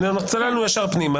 צללנו ישר פנימה.